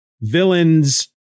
villains